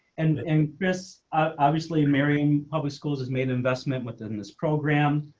and and this ah obviously marrying public schools has made an investment within this program.